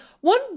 One